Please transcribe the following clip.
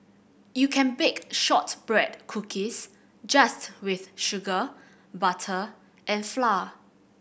you can bake shortbread cookies just with sugar butter and flour